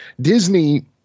Disney